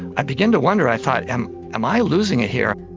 i began to wonder, i thought am am i losing it here?